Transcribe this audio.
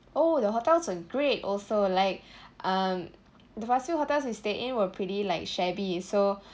oh the hotels are great also like um the past few hotels we stayed in were pretty like shabby so